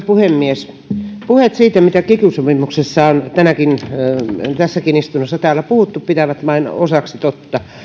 puhemies ne puheet mitä kiky sopimuksesta on tässäkin istunnossa täällä puhuttu pitävät vain osaksi totta